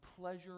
pleasure